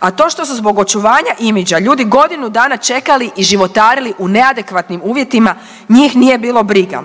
a to što su zbog očuvanja imidža ljudi godinu dana čekali i životarili u neadekvatnim uvjetima njih nije bilo briga.